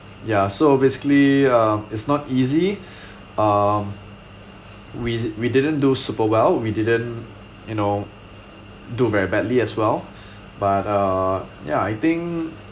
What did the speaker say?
ya so basically uh it's not easy um we we didn't do super well we didn't you know do very badly as well but uh ya I think